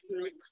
group